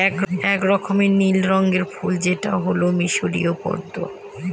এক রকমের নীল রঙের ফুল যেটা হল মিসরীয় পদ্মা